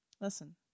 Listen